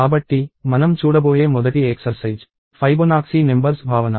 కాబట్టి మనం చూడబోయే మొదటి ఏక్సర్సైజ్ ఫైబొనాక్సీ నెంబర్స్ భావన